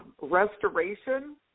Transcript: restoration